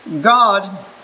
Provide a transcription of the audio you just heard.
God